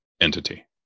entity